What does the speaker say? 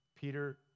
Peter